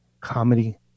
comedy